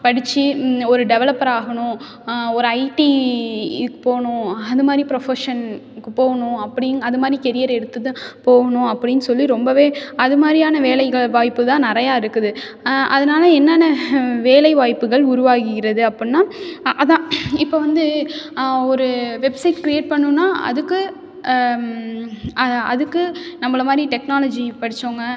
படித்து ஒரு டெவலப்பர் ஆகணும் ஒரு ஐடி இதுக்கு போகணும் அது மாதிரி ப்ரொஃபஷனுக்கு போகணும் அப்படின்னு அது மாதிரி கெரியர் எடுத்து போகணும் அப்படின்னு சொல்லி ரொம்ப அது மாதிரியான வேலை வாய்ப்பு தான் நிறையா இருக்குது அதனால என்னென்ன வேலை வாய்ப்புகள் உருவாகுகிறது அப்புடின்னா அதான் இப்போ வந்து ஒரு வெப்சைட் க்ரியேட் பண்ணணுன்னா அதுக்கு அதுக்கு நம்மள மாதிரி டெக்னாலஜி படிச்சவங்க